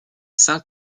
saint